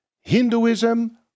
Hinduism